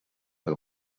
pel